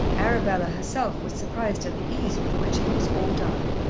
arabella herself was surprised at the ease with which it was all done.